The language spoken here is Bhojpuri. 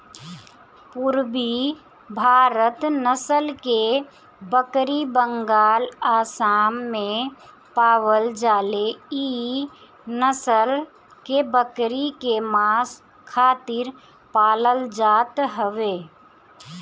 पुरबी भारत नसल के बकरी बंगाल, आसाम में पावल जाले इ नसल के बकरी के मांस खातिर पालल जात हवे